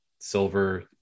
silver